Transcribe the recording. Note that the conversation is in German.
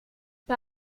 bei